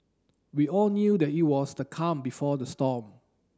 we all knew that it was the calm before the storm